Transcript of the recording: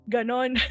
Ganon